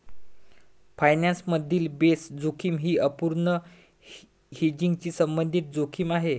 finance मधील base जोखीम ही अपूर्ण हेजिंगशी संबंधित जोखीम आहे